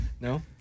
No